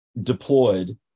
deployed